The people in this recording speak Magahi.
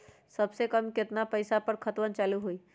सबसे कम केतना पईसा पर खतवन चालु होई?